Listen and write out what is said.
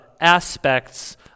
aspects